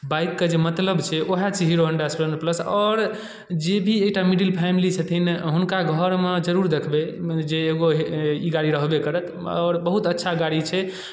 बाइकके जे मतलब छै उएह छै हीरो होंडा स्प्लेंडर प्लस आओर जे भी एकटा मिडिल फैमिली छथिन हुनका घरमे जरूर देखबै जे एगो ई गाड़ी रहबे करत आओर बहुत अच्छा गाड़ी छै